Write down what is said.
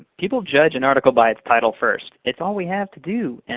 people judge an article by its title first. it's all we have to do. and